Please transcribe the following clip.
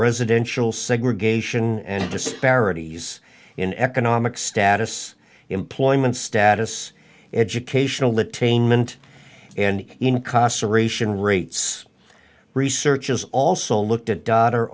residential segregation and disparities in economic status employment status educational attainment and incarceration rates research is also looked at daughter